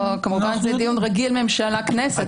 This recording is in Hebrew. כמובן שזה דיון רגיל ממשלה כנסת,